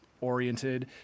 oriented